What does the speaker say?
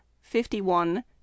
fifty-one